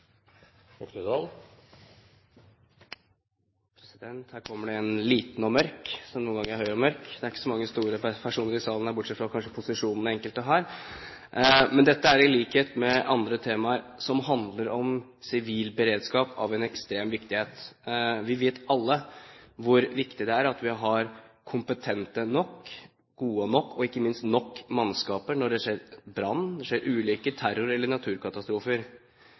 høy og mørk. Det er ikke så mange store personer i salen her, bortsett fra kanskje når det gjelder posisjonene enkelte har. Men dette er, i likhet med andre temaer som handler om sivil beredskap, av en ekstrem viktighet. Vi vet alle hvor viktig det er at vi har kompetent nok, godt nok og ikke minst nok mannskap når det oppstår brann, når det skjer ulykker, terror eller naturkatastrofer.